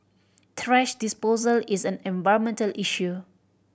thrash disposal is an environmental issue